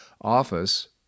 office